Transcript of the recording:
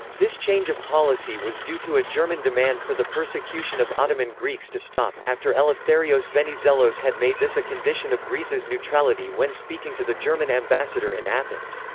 this change of policy was due to a german demand for the persecution of ottoman greeks to stop, after eleftherios venizelos had made this a condition of greece's neutrality when speaking to the german ambassador in athens.